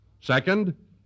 Second